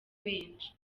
benshi